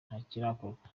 ntakirakorwa